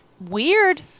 weird